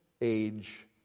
age